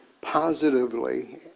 positively